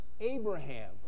Abraham